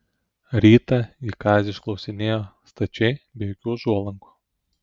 rytą ji kazį išklausinėjo stačiai be jokių užuolankų